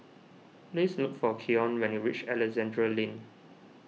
please look for Keon when you reach Alexandra Lane